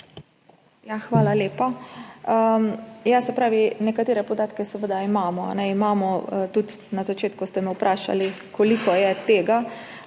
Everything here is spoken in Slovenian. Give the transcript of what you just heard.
Hvala lepa. Nekatere podatke seveda imamo. Na začetku ste me vprašali, koliko je tega.